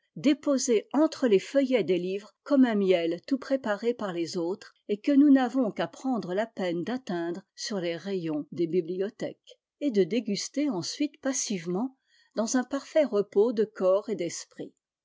déposée entre les feuillets des livres comme un miel tout préparé par les autres et que nous n'avons qu'à prendre la peine d'atteindre sur les rayons des bibliothèques et de déguster ensuite passivement dans un parfait repos de corps et d'esprit